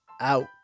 out